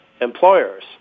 employers